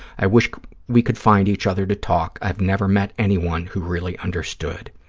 i wish we could find each other to talk. i have never met anyone who really understood.